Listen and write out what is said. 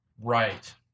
Right